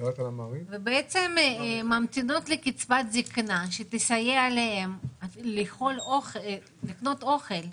ובעצם ממתינות לקצבת זקנה שתסייע להן לקנות אוכל.